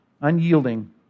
unyielding